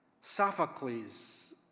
Sophocles